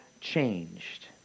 changed